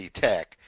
Tech